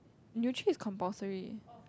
nutri is compulsory